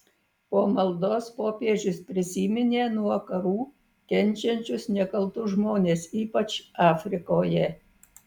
po maldos popiežius prisiminė nuo karų kenčiančius nekaltus žmones ypač afrikoje